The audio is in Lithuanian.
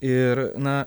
ir na